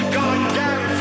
goddamn